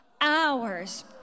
hours